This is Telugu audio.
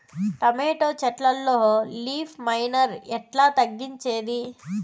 టమోటా చెట్లల్లో లీఫ్ మైనర్ ఎట్లా తగ్గించేది?